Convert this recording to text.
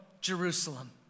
Jerusalem